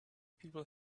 people